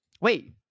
Wait